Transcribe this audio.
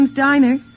Diner